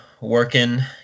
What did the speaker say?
Working